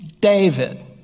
David